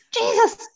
Jesus